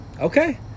Okay